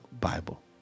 Bible